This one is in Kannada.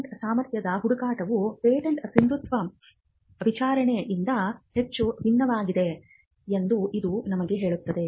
ಪೇಟೆಂಟ್ ಸಾಮರ್ಥ್ಯದ ಹುಡುಕಾಟವು ಪೇಟೆಂಟ್ನ ಸಿಂಧುತ್ವದ ವಿಚಾರಣೆಯಿಂದ ಹೆಚ್ಚು ಭಿನ್ನವಾಗಿದೆ ಎಂದು ಇದು ನಮಗೆ ಹೇಳುತ್ತದೆ